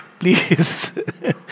please